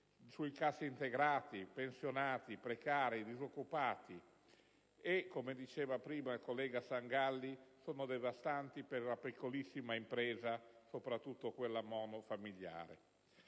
i cassintegrati, i pensionati, i precari, i disoccupati. Misure che, come diceva prima il collega Sangalli, sono devastanti per la piccolissima impresa, soprattutto per quella mononucleare.